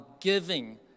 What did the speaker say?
giving